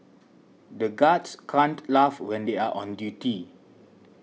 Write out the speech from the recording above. the guards can't laugh when they are on duty